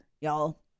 y'all